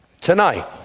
tonight